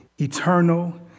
eternal